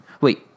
wait